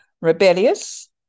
Rebellious